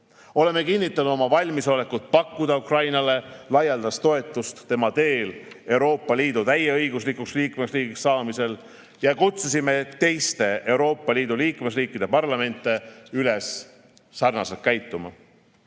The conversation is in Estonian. poolt. Oleme kinnitanud oma valmisolekut pakkuda Ukrainale laialdast toetust tema teel Euroopa Liidu täieõiguslikuks liikmesriigiks saamisel ja kutsusime teiste Euroopa Liidu liikmesriikide parlamente üles sarnaselt käituma. Venemaa